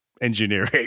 engineering